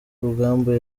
rugamba